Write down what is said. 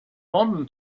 modern